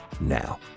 now